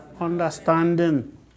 Understanding